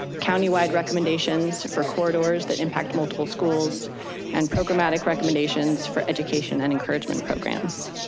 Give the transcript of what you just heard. countywide recommendations for corridors that impact multiple schools and programmatic recommendations for education and encouragement programs.